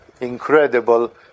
incredible